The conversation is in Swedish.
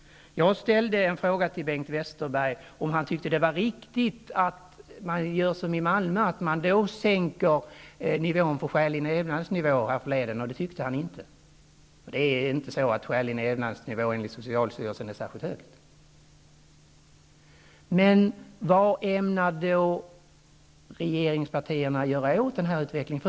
Jag frågade härförleden Bengt Westerberg om han tyckte att det var riktigt att man då, som i Malmö, sänker ''skälig levnadsnivå'', och det tyckte han inte. ''Skälig levnadsnivå'' enligt socialstyrelsen är inte särskilt hög. Men vad ämnar regeringspartierna då göra åt den här utvecklingen?